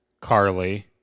Carly